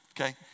Okay